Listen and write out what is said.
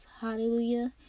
Hallelujah